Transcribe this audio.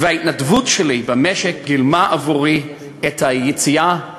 וההתנדבות שלי במשק גילמה עבורי את היציאה לשליחות.